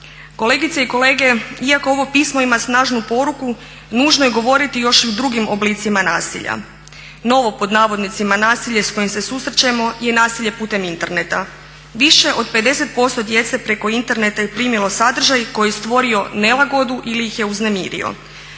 Kolegice i kolege iako ovo pismo ima snažnu poruku nužno je govoriti još i o drugim oblicima nasilja. Novo, pod navodnicima nasilje s kojim se susrećemo je nasilje putem interneta. Više od 50% djece preko interneta je primilo sadržaj koji je stvorio nelagodu ili ih je uznemirio.